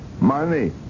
money